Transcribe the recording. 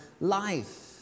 life